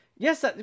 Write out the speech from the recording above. Yes